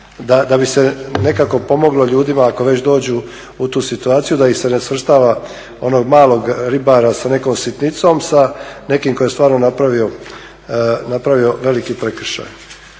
da bi se nekako pomoglo ljudima ako već dođu u tu situaciju da ih se ne svrstava onog malog ribara sa nekom sitnicom sa nekim tko je stvarno napravio veliki prekršaj.